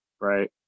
Right